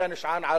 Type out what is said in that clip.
היה נשען על